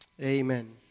amen